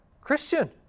Christian